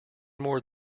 more